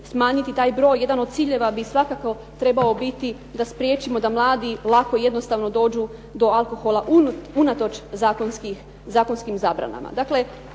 smanjiti taj broj, jedan od ciljeva bi svakako trebao biti da spriječimo da mladi lako i jednostavno dođu do alkohola unatoč zakonskim zabranama.